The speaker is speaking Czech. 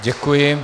Děkuji.